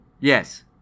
yes